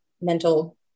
mental